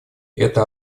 эта